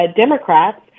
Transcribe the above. Democrats